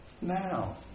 now